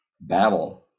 battle